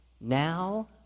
Now